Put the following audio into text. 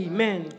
Amen